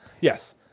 Yes